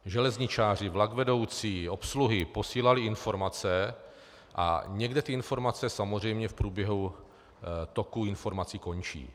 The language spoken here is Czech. Železničáři, vlakvedoucí, obsluhy posílali informace a někde ty informace samozřejmě v průběhu toku informací končí.